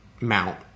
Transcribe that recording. mount